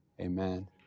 amen